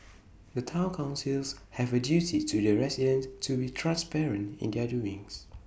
the Town councils have A duty to the residents to be transparent in their doings